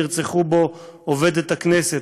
שנרצחו בו עובדת הכנסת,